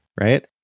right